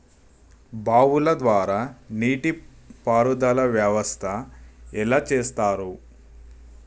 బావుల ద్వారా నీటి పారుదల వ్యవస్థ ఎట్లా చేత్తరు?